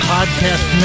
Podcast